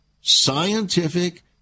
scientific